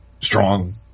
strong